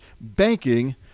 banking